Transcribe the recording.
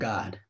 God